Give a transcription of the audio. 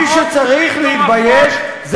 מי שצריך להתבייש זה